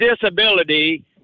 disability